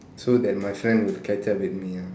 so that my friend would catch up with me ah